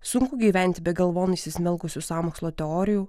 sunku gyventi be galvon įsismelkusių sąmokslo teorijų